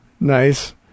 Nice